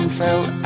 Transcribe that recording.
fell